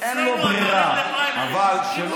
אין לו ברירה, אבל, אצלנו אתה עומד לפריימריז.